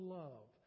love